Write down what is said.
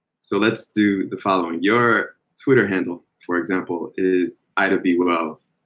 so let's do the following. your twitter handle for example, is ida b. wells,